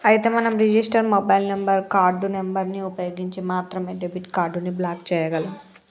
అయితే మనం register mobile number card number ని ఉపయోగించి మాత్రమే డెబిట్ కార్డు ని బ్లాక్ చేయగలం